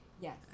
Yes